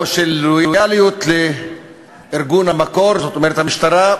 או של לויאליות לארגון המקור, זאת אומרת המשטרה,